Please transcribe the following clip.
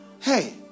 hey